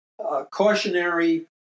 cautionary